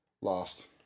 Last